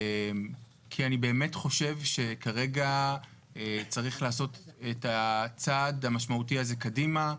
אני באמת חושב שכרגע צריך לעשות את הצעד המשמעותי הזה קדימה.